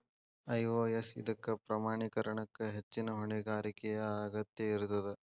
IOS ಇದಕ್ಕ ಪ್ರಮಾಣೇಕರಣಕ್ಕ ಹೆಚ್ಚಿನ್ ಹೊಣೆಗಾರಿಕೆಯ ಅಗತ್ಯ ಇರ್ತದ